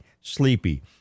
sleepy